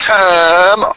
time